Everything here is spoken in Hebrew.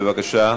בבקשה,